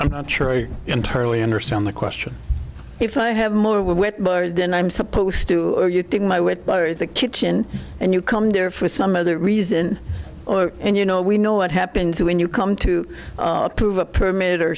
i'm not sure i entirely understand the question if i have more whitmore's then i'm supposed to getting my weight by is the kitchen and you come there for some other reason or and you know we know what happens when you come to approve a permit or